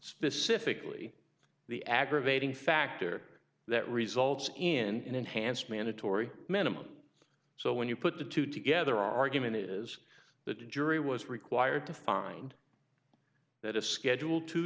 specifically the aggravating factor that results in an enhanced mandatory minimum so when you put the two together argument is that the jury was required to find that a schedule t